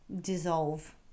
dissolve